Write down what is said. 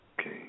Okay